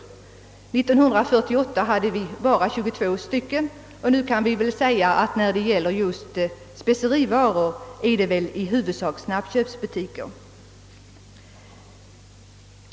år 1948 hade vi bara 22 sådana, men nu är nära nog alla livsmedelsaffärer snabbköpsbutiker.